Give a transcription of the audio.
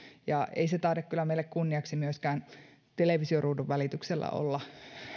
ja ei se taida kyllä meille kunniaksi myöskään televisioruudun välityksellä olla